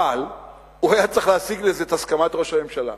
אבל הוא היה צריך להשיג לזה את הסכמת ראש הממשלה.